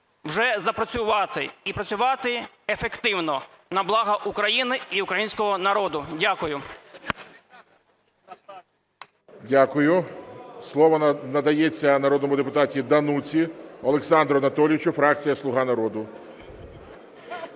вже запрацювати і працювати ефективно, на благо України і українського народу. Дякую. ГОЛОВУЮЧИЙ. Дякую. Слово надається народному депутату Дануці Олександру Анатолійовичу фракція "Слуга народу".